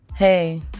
Hey